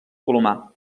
colomar